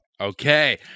Okay